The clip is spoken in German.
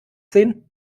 sehen